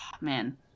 man